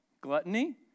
gluttony